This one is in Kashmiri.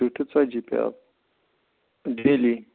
ترٕٛہ ٹُو ژَتجی پیٛالہٕ ڈیلی